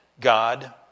God